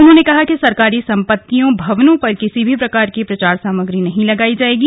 उन्होंने कहा कि सरकारी सम्पत्तियों भवनों पर किसी भी प्रकार की प्रचार सामग्री नहीं लगाई जाएंगी